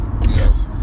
Yes